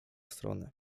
strony